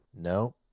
No